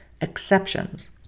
Exceptions